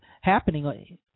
happening